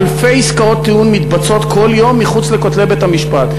אלפי עסקות טיעון מתבצעות כל יום מחוץ לכותלי בית-המשפט.